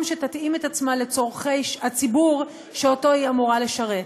שתתאים את עצמה לצורכי הציבור שאותו היא אמורה לשרת.